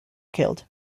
killed